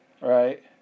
right